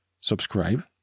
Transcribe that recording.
subscribe